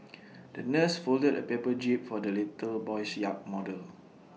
the nurse folded A paper jib for the little boy's yacht model